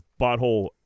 butthole